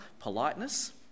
Politeness